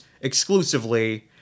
exclusively